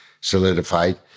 solidified